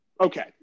Okay